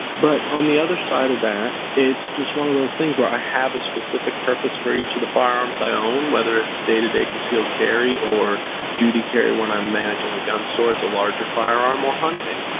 but on the other side of that, it's just one of those things where i have a specific purpose for each of the firearms i own, whether it's day-to-day concealed carry or duty carry when i'm managing the gun store it's a larger firearm or hunting.